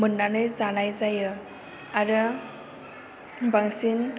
मोनानै जानाय जायो आरो बांसिन